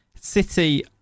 City